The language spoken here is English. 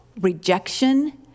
rejection